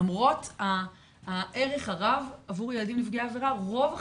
למרות הערך הרב עבור ילדים נפגעי עבירה רוב החקירות,